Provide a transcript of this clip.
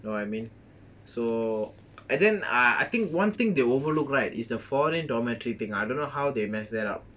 you know what I mean so and then I I think one thing they overlooked right is the foreign dormitory thing I don't know how they messed that up